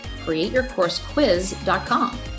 createyourcoursequiz.com